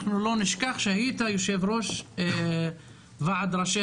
אנחנו לא נשכח שהיית יושב-ראש ועד ראשי